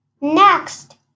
Next